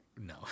No